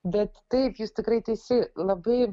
bet taip jūs tikrai teisi labai